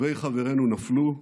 טובי חברינו נפלו,